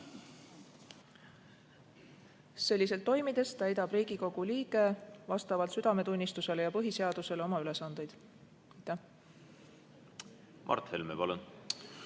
Selliselt toimides täidab Riigikogu liige vastavalt südametunnistusele ja põhiseadusele oma ülesandeid. Mart Helme, palun!